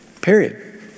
period